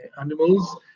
animals